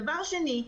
דבר שני,